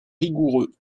rigoureux